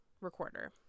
recorder